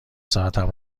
ساعتم